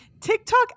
tiktok